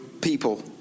people